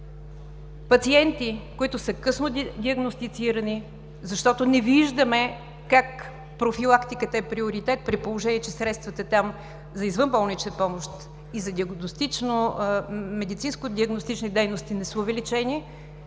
пациенти, които са късно диагностицирани, защото не виждаме как профилактиката е приоритет, при положение че средствата за извънболнична помощ и за медицинско диагностични дейности не са увеличени;